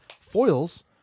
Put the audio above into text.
Foils